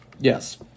Yes